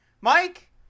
Mike